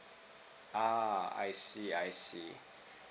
uh I see I see